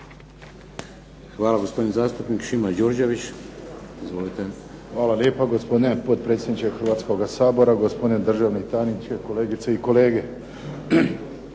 Hvala. Gospodin zastupnik Šimo Đurđević. Izvolite. **Đurđević, Šimo (HDZ)** Hvala lijepa gospodine potpredsjedniče hrvatskoga Sabora, gospodine državni tajniče, kolegice i kolege.